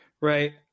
right